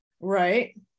Right